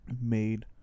made